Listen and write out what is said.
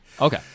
Okay